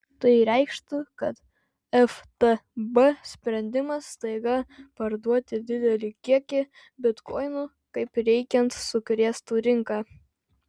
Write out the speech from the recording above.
tai reikštų kad ftb sprendimas staiga parduoti didelį kiekį bitkoinų kaip reikiant sukrėstų rinką